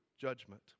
judgment